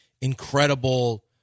incredible